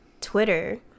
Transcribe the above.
Twitter